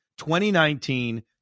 2019